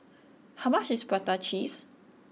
how much is Prata Cheese